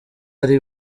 ari